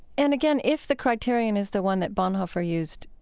and again, if the criterion is the one that bonhoeffer used,